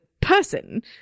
person